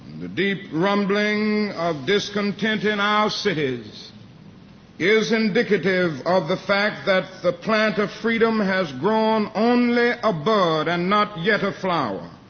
the deep rumbling of discontent in our cities is indicative of the fact that the plant of freedom has grown only a bud and not yet a flower.